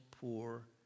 poor